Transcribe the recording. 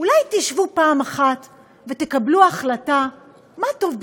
אולי תשבו פעם אחת ותקבלו החלטה מה טוב בשבילנו?